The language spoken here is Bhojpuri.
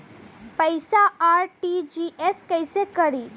पैसा आर.टी.जी.एस कैसे करी?